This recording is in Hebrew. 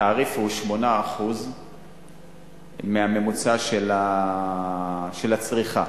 התעריף הוא 8% מהממוצע של הצריכה.